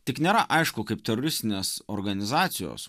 tik nėra aišku kaip teroristinės organizacijos